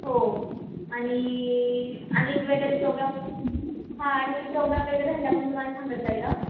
हो आणि आणि वगैरे प्रोग्राम हा आणि प्रोग्राम वगैरे राहिला का मी तुम्हाला सांगत जाईल हां